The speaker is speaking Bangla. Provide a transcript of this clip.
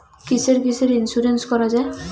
কিসের কিসের ইন্সুরেন্স করা যায়?